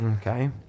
Okay